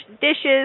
dishes